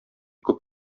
күп